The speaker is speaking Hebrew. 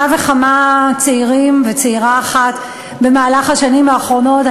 וכמה צעירים וצעירה אחת במהלך השנים האחרונות,